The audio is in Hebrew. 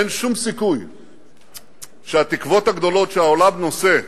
אין שום סיכוי שהתקוות הגדולות שהעולם נושא,